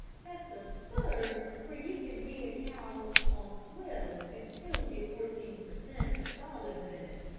that's absurd, for you can feed a cow on swill and still get fourteen per cent. of solids in it.